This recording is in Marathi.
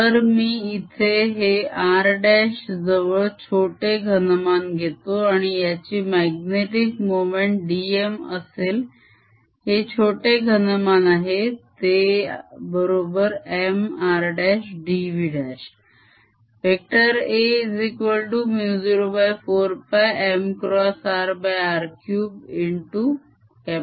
तर मी इथे हे r' जवळ छोटे घनमान घेतो आणि याची magnetic मोमेंट dm असेल हे छोटे घनमान आहे ते बरोबर M r' dv'